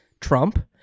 Trump